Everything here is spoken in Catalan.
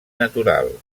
natural